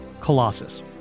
colossus